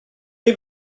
chi